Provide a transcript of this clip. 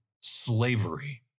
slavery